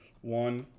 One